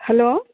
hello